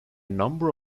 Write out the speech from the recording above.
number